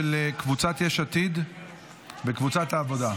הסתייגויות, של קבוצת יש עתיד וקבוצת העבודה.